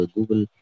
Google